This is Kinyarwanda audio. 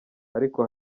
ariko